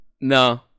no